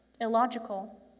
illogical